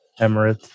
Emirates